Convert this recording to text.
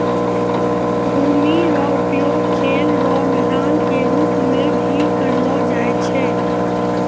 भूमि रो उपयोग खेल रो मैदान के रूप मे भी करलो जाय छै